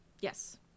Yes